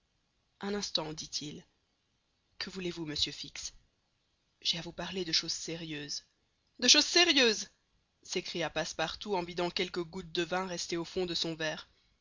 un instant dit-il que voulez-vous monsieur fix j'ai à vous parler de choses sérieuses de choses sérieuses s'écria passepartout en vidant quelques gouttes de vin restées au fond au son verre